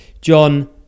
John